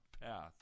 path